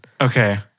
Okay